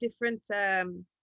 different